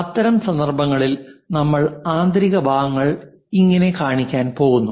അത്തരം സന്ദർഭങ്ങളിൽ നമ്മൾ ആന്തരിക ഭാഗങ്ങൾ ഇങ്ങനെ കാണിക്കാൻ പോകുന്നു